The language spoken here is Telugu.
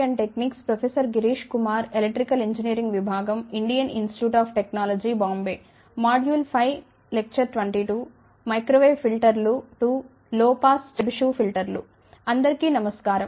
అందరికీ నమస్కారం